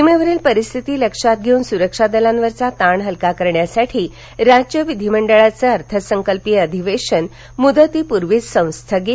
सीमेवरील परिस्थिती लक्षा घेऊन सुरक्षादलांवरचा ताण हलका करण्यासाठी राज्य विधिमंडळाचं अर्थसंकल्पीय अधिवेशन मुदतीपुर्वीच संस्थगित